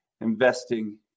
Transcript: investing